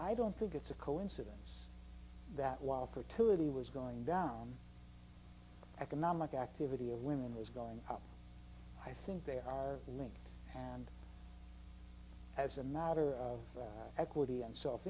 i don't think it's a coincidence that while fertility was going down economic activity of women was going up i think they are linked and as a matter of equity and self